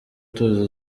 tuzi